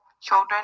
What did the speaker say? children